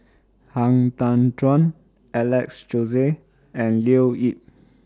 Han Tan Juan Alex Josey and Leo Yip